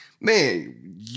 man